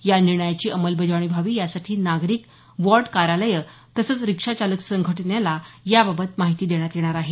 या निर्णयाची अंमलबजावणी व्हावी यासाठी नागरिक वॉर्ड कार्यालयं तसंच रिक्षा चालक संघटनेला या बाबत माहिती देण्यात येणार आहे